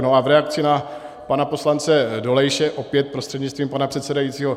A v reakci na pana poslance Dolejše, opět prostřednictvím pana předsedajícího.